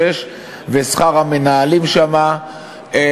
שנהנות מסעיף 46 ושכר המנהלים שם מתקרב,